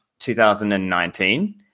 2019